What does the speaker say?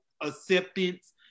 acceptance